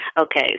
Okay